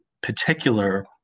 particular